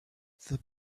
the